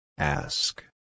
Ask